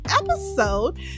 episode